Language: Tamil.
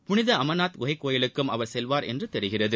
புனித அமர்நாத் குகை கோயிலுக்கும் அவர் செல்வாா் என்று தெரிகிறது